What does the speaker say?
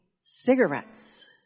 cigarettes